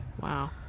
Wow